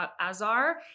Azar